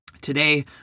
Today